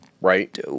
Right